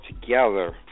together